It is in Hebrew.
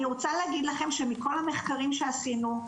אני רוצה להגיד לכם שמכל המחקרים שעשינו,